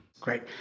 Great